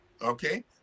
Okay